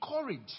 courage